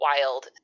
wild